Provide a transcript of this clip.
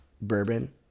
bourbon